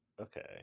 Okay